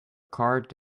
cart